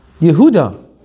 Yehuda